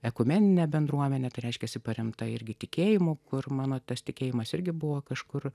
ekumeninę bendruomenę reiškiasi paremta irgi tikėjimu kur mano tas tikėjimas irgi buvo kažkur